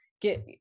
get